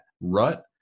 rut